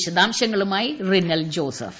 വിശദാംശങ്ങളുമായി റിനൽ ജോസഫ്